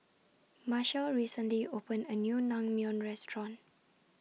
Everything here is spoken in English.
Marshal recently opened A New Naengmyeon Restaurant